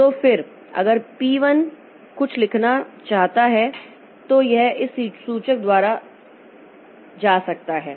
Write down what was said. तो फिर अगर पी 1 कुछ लिखना चाहता है तो यह इस सूचक द्वारा जा सकता है